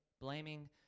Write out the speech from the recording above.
blaming